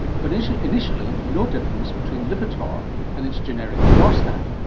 but initially initially no difference between lipitor and its generic lorstat.